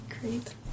Great